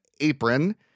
apron